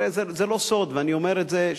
הרי זה לא סוד ואני אומר את זה.